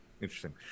Interesting